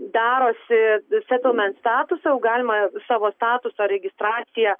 darosi setelment statusą jau galima savo statuso registraciją